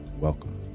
welcome